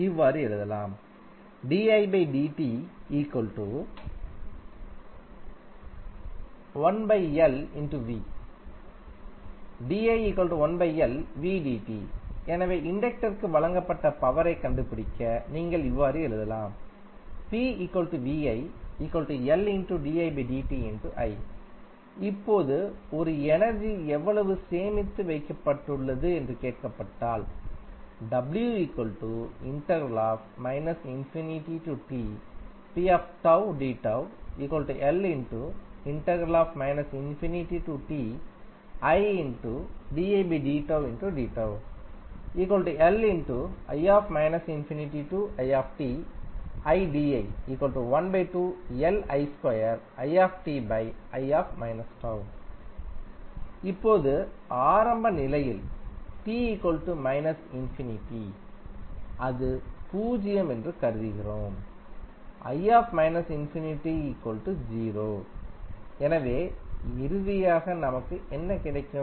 இவ்வாறு எழுதலாம் எனவே இண்டக்டர்க்கு வழங்கப்பட்ட பவரைக் கண்டுபிடிக்க நீங்கள் இவ்வாறு எழுதலாம் இப்போது ஒரு எனர்ஜி எவ்வளவு சேமித்து வைக்கப்பட்டுள்ளது என்று கேட்கப்பட்டால் இப்போது ஆரம்ப நிலையில் அது பூஜ்ஜியம்என்று கருதுகிறோம்எனவே இறுதியாக நமக்கு என்ன கிடைக்கும்